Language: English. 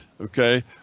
okay